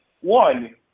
One